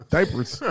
Diapers